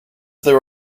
there